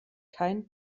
kein